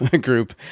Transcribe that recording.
group